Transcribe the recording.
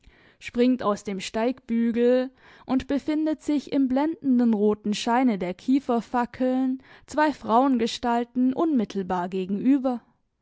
springt aus dem steigbügel und befindet sich im blendenden roten scheine der kieferfackeln zwei frauengestalten unmittelbar gegenüber